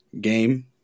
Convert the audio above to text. game